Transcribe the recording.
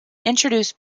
introduce